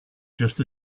just